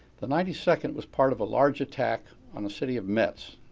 the ninety second was part of a large attack on the city of metz,